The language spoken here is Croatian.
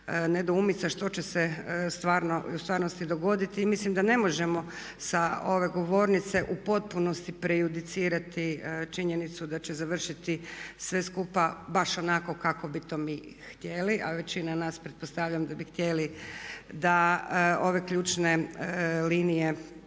nedoumica što će se u stvarnosti dogoditi. I mislim da ne možemo sa ove govornice u potpunosti prejudicirati činjenicu da će završiti sve skupa baš onako kako bi to mi htjeli. A većina nas pretpostavljam da bi htjeli da ove ključne linije